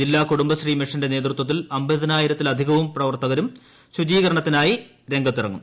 ജില്ലാ കുടുംബശ്രീ മിഷന്റെ നേതൃത്വത്തിൽ അമ്പതിനായിരത്തിലധികം പ്രവർത്തകരും ശുചീകരണത്തിനായി രംഗത്തിറങ്ങും